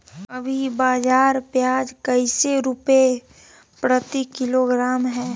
अभी बाजार प्याज कैसे रुपए प्रति किलोग्राम है?